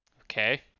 Okay